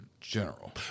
general